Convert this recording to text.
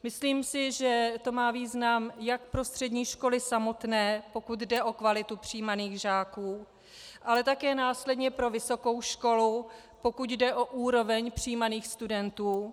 Myslím si, že to má význam jak pro střední školy samotné, pokud jde o kvalitu přijímaných žáků, ale také následně pro vysokou školu, pokud jde o úroveň přijímaných studentů.